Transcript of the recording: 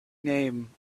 name